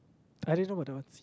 I didn't know what they want